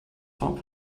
top